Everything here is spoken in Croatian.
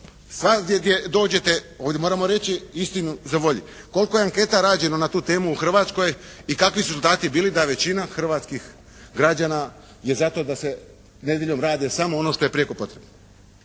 Svagdje gdje dođete, ovdje moramo reći istinu za volju. Koliko je anketa rađeno na tu temu u Hrvatskoj i kakvi su rezultati bili da je većina hrvatskih građana je za to da se nedjeljom radi samo ono što je prijeko potrebno.